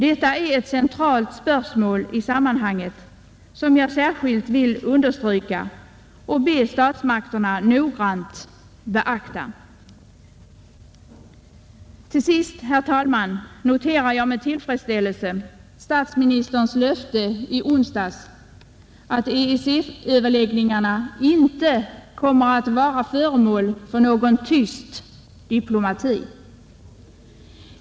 Detta är ett centralt spörsmål i sammanhanget, som jag särskilt vill understryka och be statsmakterna att noggrant beakta. Till sist, fru talman, noterade jag med tillfredsställelse statsministerns löfte i tisdags att EEC-överläggningarna inte kommer att vara föremål för någon tyst diplomati.